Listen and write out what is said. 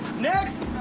next.